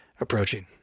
approaching